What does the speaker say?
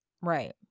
Right